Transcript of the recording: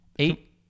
Eight